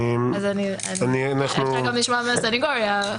אפשר גם לשמוע מהסנגוריה.